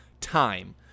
Time